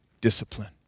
discipline